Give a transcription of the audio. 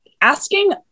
asking